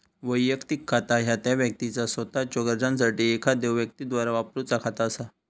वैयक्तिक खाता ह्या त्या व्यक्तीचा सोताच्यो गरजांसाठी एखाद्यो व्यक्तीद्वारा वापरूचा खाता असा